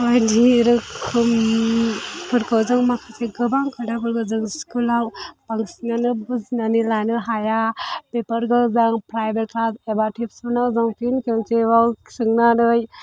बायदि रोखोमफोरखौ जों माखासे गोबां खोथाफोरखौ जों स्कुलाव बांसिनानो बुजिनानै लानो हाया बेफोरखौ जों प्रायभेट क्लास एबा टिउसनाव जों फिन खेबसेबाव सोंनानै